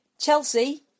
Chelsea